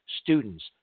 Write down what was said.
students